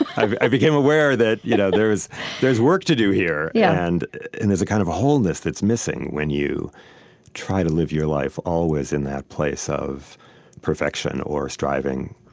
i became aware that, you know, there's there's work to do here yeah and there's a kind of a wholeness that's missing when you try to live your life always in that place of perfection or striving,